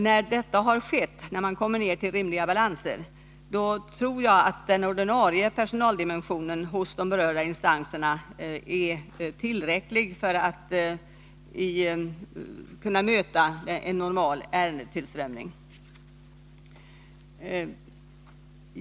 När detta har skett och man kommer ner till rimliga balanser, tror jag att den ordinarie personaldimensioneringen hos de berörda instanserna är tillräcklig för att möta en normal ärendetillströmning.